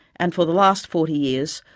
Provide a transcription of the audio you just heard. and for the last forty years,